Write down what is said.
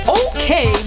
okay